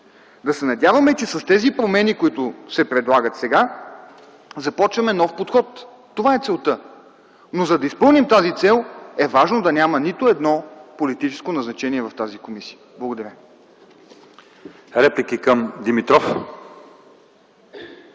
Да се надяваме, че с тези промени, които се предлагат сега, започваме нов подход. Това е целта. Но, за да изпълним тази цел е важно да няма нито едно политическо назначение в тази комисия. Благодаря. ПРЕДСЕДАТЕЛ